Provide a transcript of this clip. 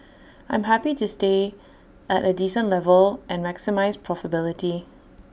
I'm happy to stay at A decent level and maximise profitability